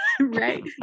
right